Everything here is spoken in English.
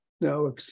Now